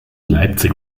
leipzig